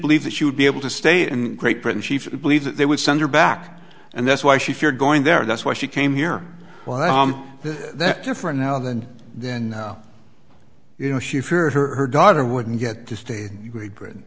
believe that she would be able to stay in great britain she believed that they would send her back and that's why she feared going there that's why she came here why is that different now than then now you know she feared her daughter wouldn't get to stay great britain